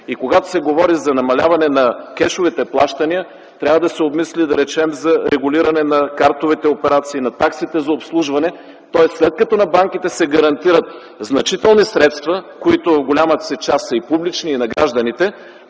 И когато се говори за намаляване на кешовите плащания трябва да се обмисли, да речем, регулиране на картовите операции, размера на таксите за обслужване. След като на банките се гарантират значителни средства, които в голямата си част са и публични, и на гражданите,